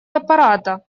аппарата